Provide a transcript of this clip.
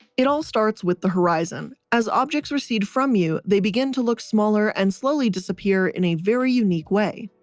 it all starts with the horizon, as objects recede from you, they begin to look smaller and slowly disappear in a very unique way.